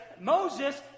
Moses